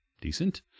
decent